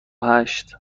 هشت